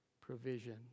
provision